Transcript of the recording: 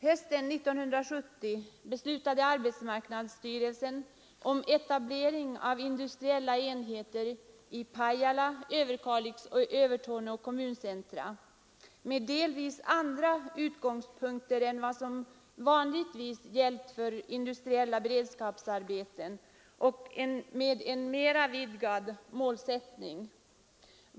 Hösten 1970 beslutade arbetsmarknadsstyrelsen om etablering av industriella enheter i Pajala, Överkalix och Övertorneå kommuncentra med delvis andra utgångspunkter än som vanligtvis tidigare gällt för industriella beredskapsarbeten och med en mer vidgad målsättning.